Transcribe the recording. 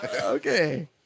Okay